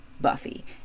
Buffy